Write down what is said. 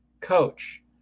Coach